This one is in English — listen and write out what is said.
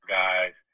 guys